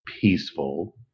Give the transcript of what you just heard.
peaceful